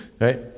Right